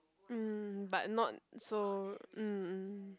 mm but not so mm mm